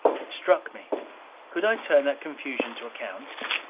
it struck me could i turn that confusion to account?